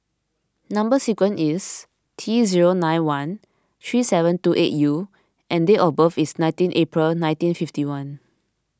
Number Sequence is T zero nine one three seven two eight U and date of birth is nineteen April nineteen fifty one